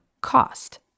cost